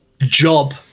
job